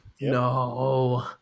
No